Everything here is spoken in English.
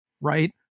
Right